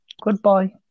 Goodbye